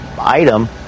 item